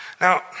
Now